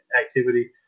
activity